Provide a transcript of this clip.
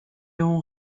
ont